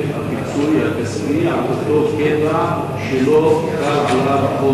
הפיצוי הכספי על אותו קטע שלא חל עליו חוק